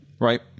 right